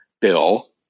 Bill